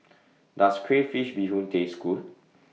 Does Crayfish Beehoon Taste Good